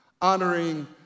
honoring